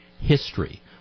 history